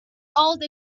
old